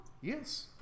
Yes